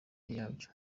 yabyo